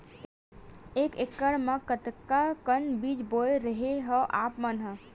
एक एकड़ म कतका अकन बीज बोए रेहे हँव आप मन ह?